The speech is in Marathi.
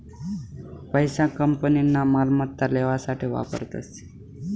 पैसा कंपनीना मालमत्ता लेवासाठे वापरतस